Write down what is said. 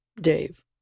Dave